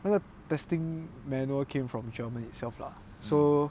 那个 testing manual came from germany itself lah so